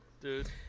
Dude